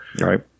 Right